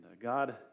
God